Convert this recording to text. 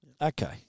Okay